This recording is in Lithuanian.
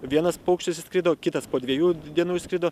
vienas paukštis išskrido kitas po dviejų dienų išskrido